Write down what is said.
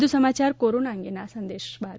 વધુ સમાચાર કોરોના અંગેના આ સંદેશ બાદ